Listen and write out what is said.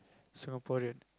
Singaporean